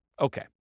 Okay